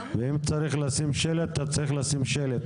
אם צריך לשים שלט, אתה צריך לשים שלט.